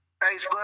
Facebook